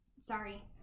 Sorry